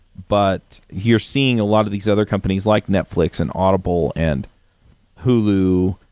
but you're seeing a lot of these other companies like netflix, and audible, and hulu,